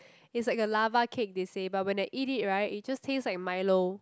it's like a lava cake they say but when I eat it right it just taste like milo